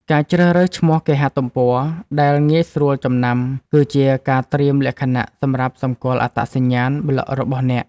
ការជ្រើសរើសឈ្មោះគេហទំព័រ ដែលងាយស្រួលចំណាំ គឺជាការត្រៀមលក្ខណៈសម្រាប់សម្គាល់អត្តសញ្ញាណប្លក់របស់អ្នក។